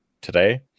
today